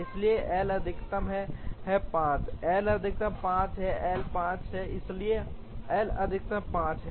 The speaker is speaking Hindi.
इसलिए एल अधिकतम है 5 एल अधिकतम 5 है एल 5 है इसलिए एल अधिकतम 5 है